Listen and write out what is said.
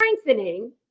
strengthening